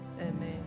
amen